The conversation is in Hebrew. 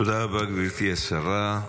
תודה רבה, גברתי השרה.